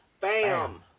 Bam